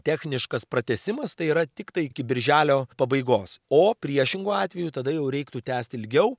techniškas pratęsimas tai yra tiktai iki birželio pabaigos o priešingu atveju tada jau reiktų tęst ilgiau